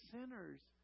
sinners